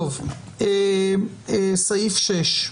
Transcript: פסקה (6).